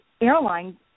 airline